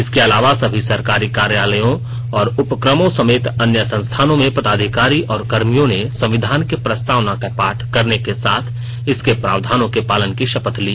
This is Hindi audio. इसके अलावा सभी सरकारी कार्यालयों और उपक्रमों समेत अन्य संस्थानों में पदाधिकारी और कर्मियों ने संविधान के प्रस्तावना का पाठ करने के साथ इसके प्रावधानों के पालन की शपथ ली